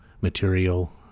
material